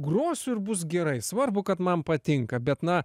grosiu ir bus gerai svarbu kad man patinka bet na